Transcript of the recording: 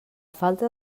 falta